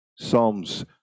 Psalms